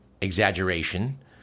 exaggeration